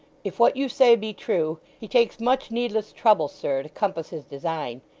if what you say be true, he takes much needless trouble, sir, to compass his design.